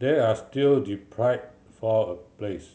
they are still deprived for a place